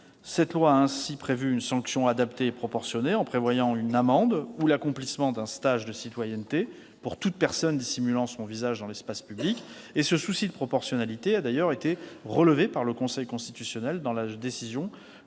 Cette loi a ainsi prévu une sanction adaptée et proportionnée, à savoir une amende ou l'accomplissement d'un stage de citoyenneté pour toute personne dissimulant son visage dans l'espace public. Ce souci de proportionnalité a d'ailleurs été relevé par le Conseil constitutionnel, qui en a conclu